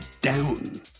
down